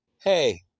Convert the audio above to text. hey